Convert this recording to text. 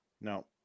No